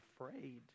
afraid